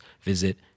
visit